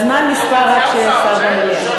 הזמן נספר רק כשהשר במליאה.